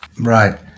Right